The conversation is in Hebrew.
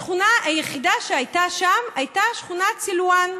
השכונה היחידה שהייתה שם הייתה שכונת סילוואן.